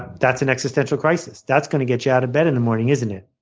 that's an existential crisis. that's going to get you out of bed in the morning, isn't it?